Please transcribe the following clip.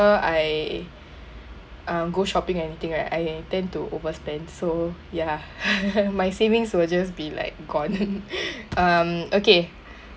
I um go shopping anything right I tend to overspend so ya my savings will just be like gone um okay